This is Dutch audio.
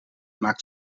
maakt